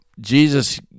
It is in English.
Jesus